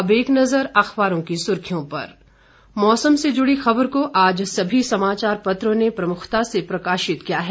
अब एक नजर अखबारों की सुर्खियों पर मौसम से जुड़ी खबर को आज सभी समाचार पत्रों ने प्रमुखता से प्रकाशित किया है